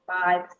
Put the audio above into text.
five